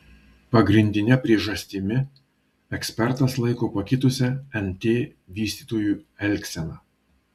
pagrindine priežastimi ekspertas laiko pakitusią nt vystytojų elgseną